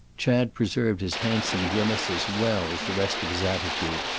chad preserved his handsome grimace as well as the rest of his attitude.